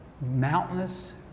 mountainous